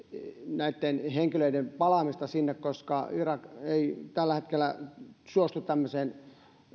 näiden henkilöiden palaamista sinne koska irak ei tällä hetkellä suostu tämmöiseen